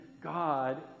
God